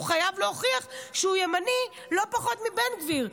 הוא חייב להוכיח שהוא ימני לא פחות מבן גביר,